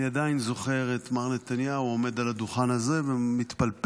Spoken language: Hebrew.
אני עדיין זוכר את מר נתניהו עומד על הדוכן הזה ומתפלפל,